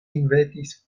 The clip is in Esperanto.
inventis